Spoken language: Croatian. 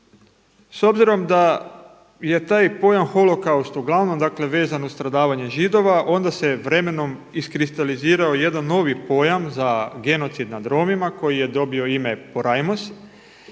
S obzirom da je taj pojam „holokaust“ uglavnom dakle vezan uz stradavanje Židova, onda se vremenom iskristalizirao jedan novi pojam za genocid nad Romima koji je dobio ime „porajmos“